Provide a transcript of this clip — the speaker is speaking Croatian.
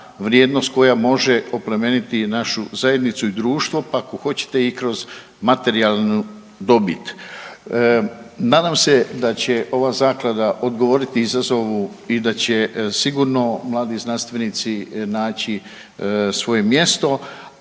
koja može oplemeniti našu zajednicu i društvo, pa ako hoćete i kroz materijalnu dobit. Nadam se da će ova zaklada odgovoriti izazovu i da će sigurno mladi znanstvenici naći svoje mjesto,